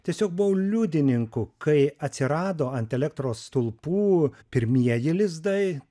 tiesiog buvau liudininku kai atsirado ant elektros stulpų pirmieji lizdai